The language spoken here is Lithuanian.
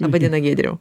laba diena giedriau